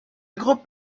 groupe